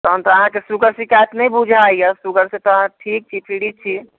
तहन तऽ अहाँक सुगर शिकायत नहि बुझाइया सुगर से तऽ अहाँ ठीक छी फ्री छी